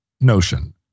notion